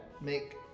make